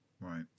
Right